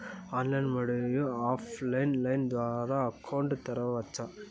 Online, మరియు offline line ద్వారా account తెరవచ్చా?